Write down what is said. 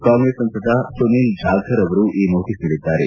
ಕಾಂಗ್ರೆಸ್ ಸಂಸದ ಸುನಿಲ್ ಜಾಖರ್ ಅವರು ಈ ನೋಟಸ್ ನೀಡಿದ್ದಾರೆ